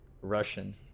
Russian